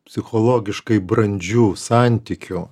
psichologiškai brandžių santykių